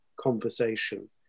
conversation